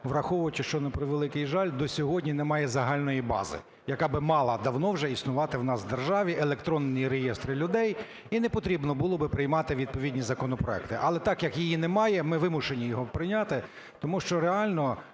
враховуючи, що, на превеликий жаль, до сьогодні немає загальної бази, яка би мала давно вже існувати у нас в державі, електронні реєстри людей, і непотрібно було би приймати відповідні законопроекти. Але так, як її немає, ми вимушені його прийняти, тому що реально